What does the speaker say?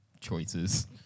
choices